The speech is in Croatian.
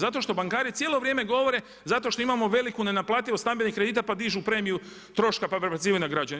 Zato što bankari cijelo vrijeme govore, zato što imamo veliko nenaplativost stambenih kredita pa dižu premiju troška, pa prebacivanju na građane.